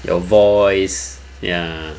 your voice ya